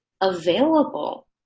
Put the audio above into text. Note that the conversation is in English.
available